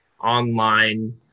online